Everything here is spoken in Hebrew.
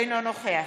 אינו נוכח